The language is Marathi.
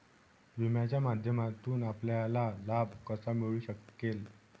विम्याच्या माध्यमातून आपल्याला लाभ कसा मिळू शकेल?